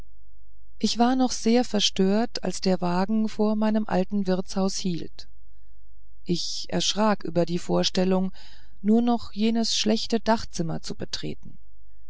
ich war noch sehr verstört als der wagen vor meinem alten wirtshause hielt ich erschrak über die vorstellung nur noch jenes schlechte dachzimmer zu betreten